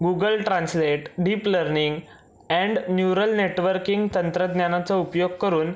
Google Translate deep learning and neural networking तंत्रज्ञानाचा उपयोग करून